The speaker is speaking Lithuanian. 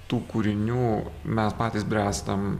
tų kūrinių mes patys bręstam